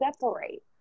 separate